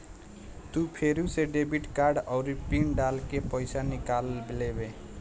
तू फेरू से डेबिट कार्ड आउरी पिन डाल के पइसा निकाल लेबे